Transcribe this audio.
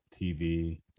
TV